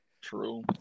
true